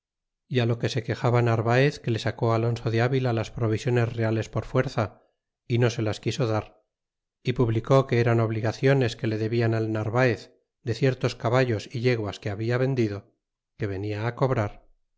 e fi lo que se quexaba narvaez que le sacó alonso de avila las provisiones reales por fuerza y no se las quiso dar y publicó que eran obligaciones que le debian al narvaez de ciertos caballos é yeguas que habla vendido que venia fi cobrar